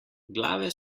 glave